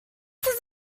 does